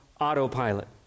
autopilot